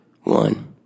One